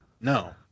No